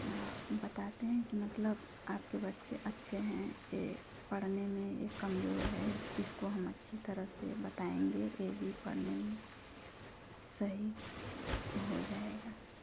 और बताते हैं कि मतलब आपके बच्चे अच्छे हैं पढ़ने में यह कमज़ोर है इसको हम अच्छी तरह से बताएँगे यह भी पढ़ने में सही हो जाएगा